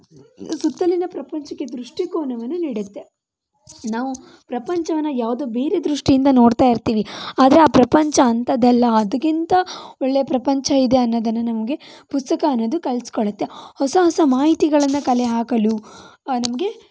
ಸುತ್ತಲಿನ ಪ್ರಪಂಚಕ್ಕೆ ದೃಷ್ಟಿಕೋನವನ್ನ ನೀಡುತ್ತೆ ನಾವು ಪ್ರಪಂಚವನ್ನು ಯಾವುದೊ ಬೇರೆ ದೃಷ್ಟಿ ಇಂದ ನೋಡ್ತಾ ಇರ್ತೀವಿ ಆದರೆ ಆ ಪ್ರಪಂಚ ಅಂಥದ್ದಲ್ಲ ಅದಕ್ಕಿಂತ ಒಳ್ಳೆ ಪ್ರಪಂಚ ಇದೆ ಅನ್ನೋದನ್ನ ನಮಗೆ ಪುಸ್ತಕ ಅನ್ನೋದು ಕಳಿಸ್ಕೊಡುತ್ತೆ ಹೊಸ ಹೊಸ ಮಾಹಿತಿಗಳನ್ನು ಕಲೆ ಹಾಕಲು ನಮಗೆ